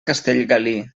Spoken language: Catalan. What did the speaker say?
castellgalí